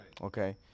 Okay